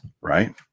right